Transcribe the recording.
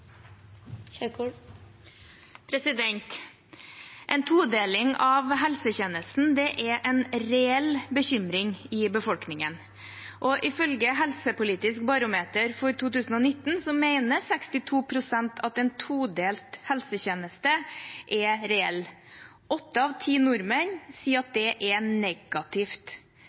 en reell bekymring i befolkningen. Ifølge Helsepolitisk barometer for 2019 mener 62 pst. at en todelt helsetjeneste er reell. Åtte av ti nordmenn sier at det er negativt.